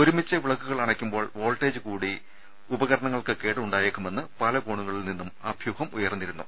ഒരുമിച്ച് വിളക്കുകൾ അണയ്ക്കുമ്പോൾ വോൾട്ടേജ് കൂടി ഉപകരണങ്ങൾക്ക് കേടുണ്ടാകുമെന്ന് പല കോണു കളിൽനിന്നും അഭ്യൂഹം ഉയർന്നിരുന്നു